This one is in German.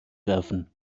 werfen